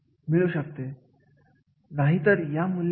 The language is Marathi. आता या ठिकाणी काही आव्हाने सुद्धा असतात